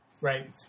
right